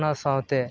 ᱚᱱᱟ ᱥᱟᱶᱛᱮ